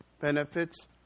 benefits